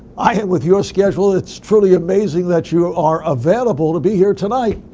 i have with your schedule, it's truly amazing that you are available to be here tonight.